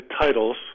titles